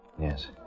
Yes